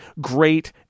great